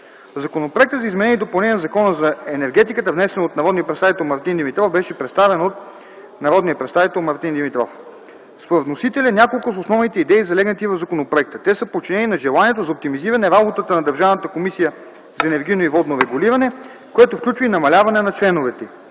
Законопроектът за изменение и допълнение на Закона за енергетиката, внесен от народния представител Мартин Димитров, беше представен от народния представител Мартин Димитров. Според вносителя, няколко са основните идеи, залегнали в законопроекта. Те са подчинени на желанието за оптимизиране работата на Държавната комисия за енергийно и водно регулиране, което включва и намаляване на членовете